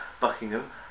Buckingham